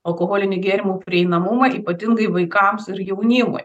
alkoholinių gėrimų prieinamumą ypatingai vaikams ir jaunimui